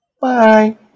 bye